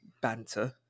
banter